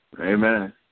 Amen